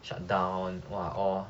shut down !wah! all